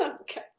Okay